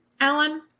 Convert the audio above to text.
Alan